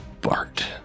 Bart